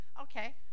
okay